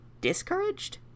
discouraged